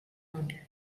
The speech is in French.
mondiale